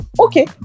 okay